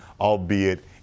albeit